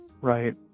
right